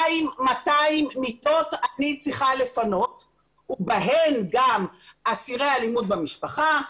2,200 מיטות אני צריכה לפנות ובהן גם אסירי אלימות במשפחה,